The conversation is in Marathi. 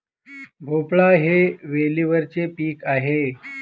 भोपळा हे वेलीवरचे पीक आहे